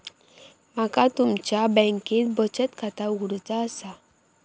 माका तुमच्या बँकेत बचत खाता उघडूचा असा?